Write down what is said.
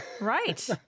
Right